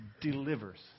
delivers